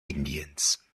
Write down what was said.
indiens